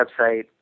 website